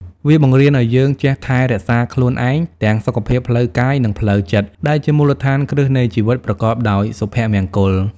វាបង្រៀនឱ្យយើងចេះថែរក្សាខ្លួនឯង ទាំងសុខភាពផ្លូវកាយនិងផ្លូវចិត្ត ដែលជាមូលដ្ឋានគ្រឹះនៃជីវិតប្រកបដោយសុភមង្គល។